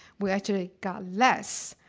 we actually got less.